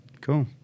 Cool